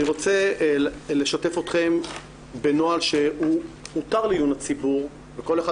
אני רוצה לשתף אתכם בנוהל שהוא הותר לעיון הציבור וכל אחד